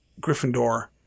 Gryffindor